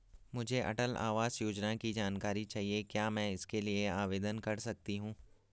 मुझे अटल आवास योजना की जानकारी चाहिए क्या मैं इसके लिए आवेदन कर सकती हूँ?